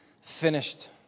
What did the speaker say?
Finished